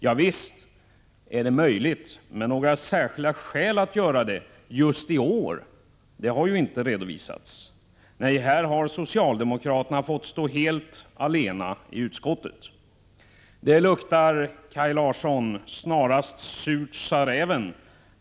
Ja visst är det möjligt, men några särskilda skäl att göra det just i år har inte redovisats. Nej, här har socialdemokraterna fått stå helt allena i utskottet. Det luktar, Kaj Larsson, snarast ”surt, sa räven”.